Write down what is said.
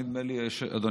נכון?